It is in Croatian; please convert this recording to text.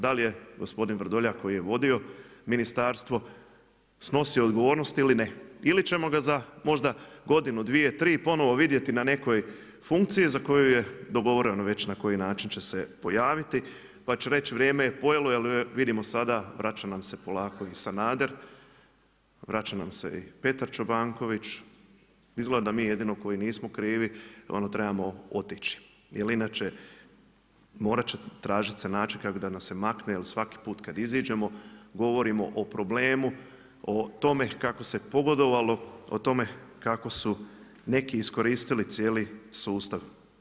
Da li je gospodin Vrdoljak koji je vodio ministarstvo snosio odgovornost ili ne ili ćemo ga možda godinu, dvije, tri ponovo vidjeti na nekoj funkciji za koju je dogovoreno već na koji način će se pojaviti pa će reći vrijeme je pojelo jer vidimo sada, vraća nam se polako i Sanader, vraća nam se i Petar Čobanković, izgleda da mi jedino koji nismo krivi trebamo otići jer inače morati će tražiti se način kako da nas se makne jer svaki put kada iziđemo, govorimo o problemu, o tome kako se pogodovalo, o tome kako su neki iskoristili cijeli sustav.